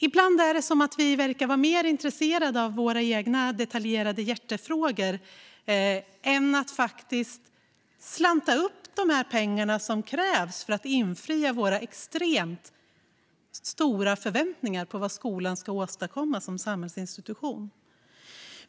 Ibland är det som att vi verkar vara mer intresserade av våra egna detaljerade hjärtefrågor än av att faktiskt slanta upp de pengar som krävs för att infria våra extremt höga förväntningar på vad skolan ska åstadkomma som samhällsinstitution.